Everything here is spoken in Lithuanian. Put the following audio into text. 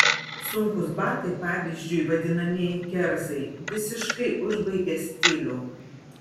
sunkūs batai pavyzdžiui vadinamieji kerzai visiškai užbaigia stilių